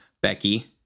Becky